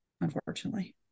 unfortunately